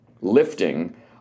lifting